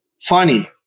funny